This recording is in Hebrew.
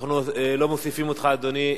אני מבקש להוסיף אותי.